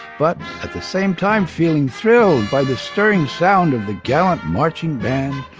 but at the same time feeling thrilled by the stirring sound of the gallant marching band.